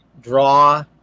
draw